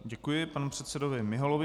Děkuji panu předsedovi Miholovi.